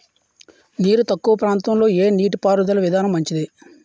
నీరు తక్కువ ప్రాంతంలో ఏ నీటిపారుదల విధానం మంచిది?